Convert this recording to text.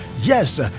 yes